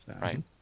Right